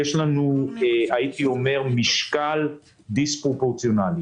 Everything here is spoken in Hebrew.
משקל דיספרופורציונלי.